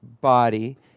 body